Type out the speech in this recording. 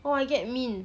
oh I get mean